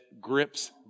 grips